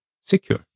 secure